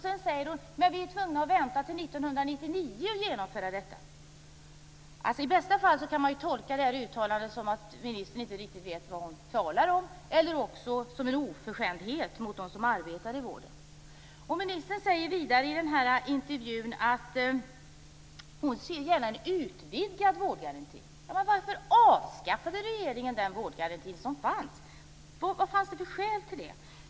Sedan säger hon: Vi är tvungna att vänta till 1999 för att genomföra detta. I bästa fall kan man tolka det här uttalandet som att ministern inte riktigt vet vad hon talar om eller också se det som en oförskämdhet mot dem som arbetar i vården. Ministern säger vidare i intervjun att hon gärna ser en utvidgad vårdgaranti. Men varför avskaffade regeringen den vårdgaranti som fanns? Vad fanns det för skäl för det?